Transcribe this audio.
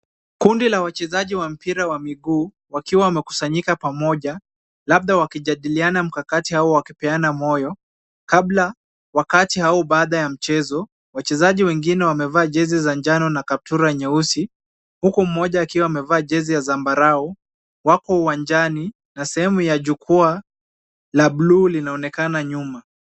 Kundi la wachezaji wa mpira wa miguu wakiwa wamekusanyika pamoja labda wakijadiliana mkakati au wakipeana moyo kabla wakati au baada ya mchezo. Wachezaji wengine wamevaa jezi za njano na kaptura nyeusi huku mmoja akiwa amevaa jezi ya zambarau wako uwanjani na sehemu ya jukwaa la buluu linaonekana nyuma.